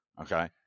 Okay